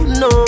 no